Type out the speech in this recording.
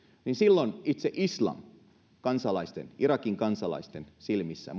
niin itse islam monien irakin kansalaisten silmissä